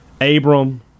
Abram